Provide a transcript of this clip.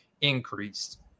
increased